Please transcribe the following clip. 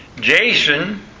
Jason